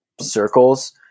circles